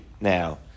Now